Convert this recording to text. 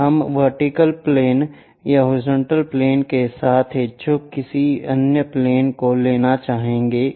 अब हम vertical plane या हॉरिजॉन्टल प्लेन के साथ इच्छुक किसी अन्य प्लेन को लेना चाहेंगे